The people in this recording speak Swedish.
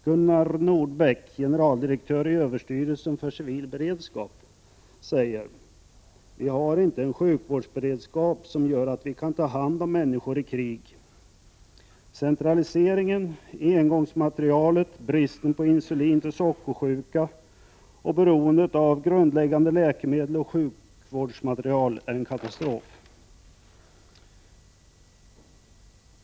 Gunnar Nordbeck, generaldirektör i överstyrelsen för civil beredskap, säger: Vi har inte en sjukvårdsberedskap som gör att vi kan ta hand om människor i krig. Centraliseringen, engångsmaterialet, bristen på insulin för sockersjuka och beroendet av grundläggande läkemedel och sjukvårdsmateriel är en katastrof.